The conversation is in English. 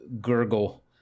gurgle